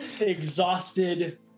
exhausted